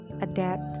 adapt